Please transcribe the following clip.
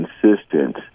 consistent